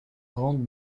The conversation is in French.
rangs